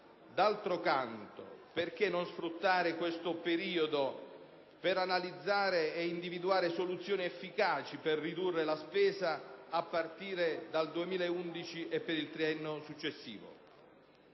D'altro canto, perché non sfruttare questo periodo per analizzare e individuare soluzioni efficaci per ridurre la spesa a partire dal 2011 e per il triennio successivo?